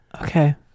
Okay